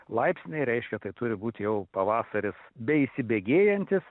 laipsniai reiškia tai turi būt jau pavasaris bei įsibėgėjantis